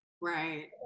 Right